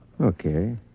Okay